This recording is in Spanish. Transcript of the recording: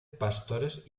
pastores